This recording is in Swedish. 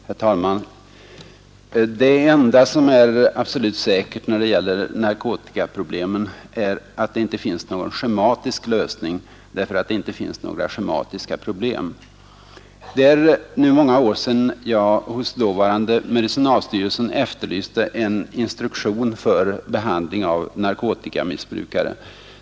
Herr talman! Det enda som är helt säkert när det gäller narkotikaproblemen är att det inte finns någon schematisk lösning, därför att det inte finns några schematiska problem. Det är nu många år sedan jag hos dåvarande medicinalstyrelsen efterlyste en instruktion för behandling av narkotikamissbrukare.